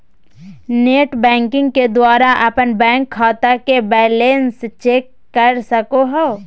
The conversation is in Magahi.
नेट बैंकिंग के द्वारा अपन बैंक खाता के बैलेंस चेक कर सको हो